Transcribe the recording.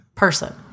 Person